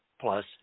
plus